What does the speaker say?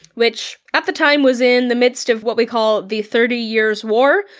which at the time was in the midst of what we call the thirty years war,